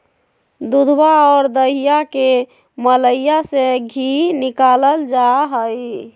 दूधवा और दहीया के मलईया से धी निकाल्ल जाहई